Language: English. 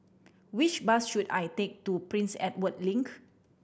which bus should I take to Prince Edward Link